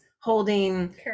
holding